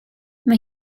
mae